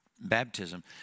baptism